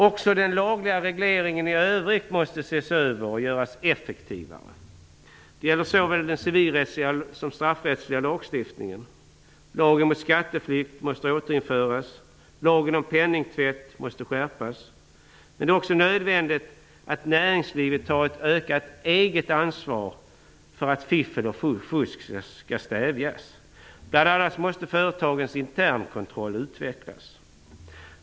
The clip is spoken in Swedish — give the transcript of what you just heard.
Också den lagliga regleringen i övrigt måste ses över och göras effektivare. Det gäller såväl den civilrättsliga som den straffrättsliga lagstiftningen. Lagen mot skatteflykt måste återinföras, och lagen om penningtvätt måste skärpas. Men det är också nödvändigt att näringslivet tar ett ökat eget ansvar för att fiffel och fusk skall stävjas. Bl.a. måste företagens internkontroll utvecklas.